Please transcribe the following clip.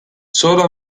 solo